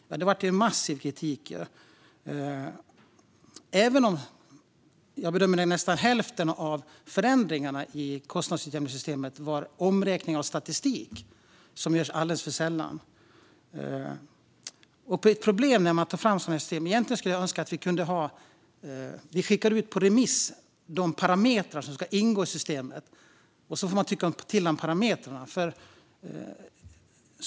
Ja, det kom massiv kritik även om, enligt min bedömning, nästan hälften av förändringarna i kostnadsutjämningssystemet hänförde sig till omräkning av statistik, något som görs alldeles för sällan. Egentligen skulle jag önska att vi kunde skicka ut de parametrar som ska ingå i systemet på remiss, och så får man tycka till om dem.